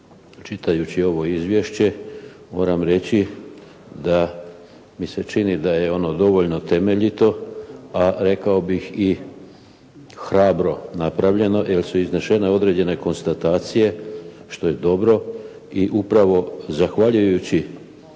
čitajući ovo izvješće moram reći da mi se čini da je ono dovoljno temeljito, a rekao bih i hrabro napravljeno, jer su iznešene određene konstatacije što je dobro i upravo zahvaljujući